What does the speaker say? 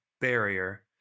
barrier